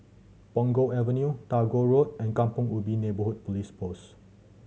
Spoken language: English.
Punggol Avenue Tagore Road and Kampong Ubi Neighbourhood Police Post